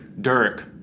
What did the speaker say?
Dirk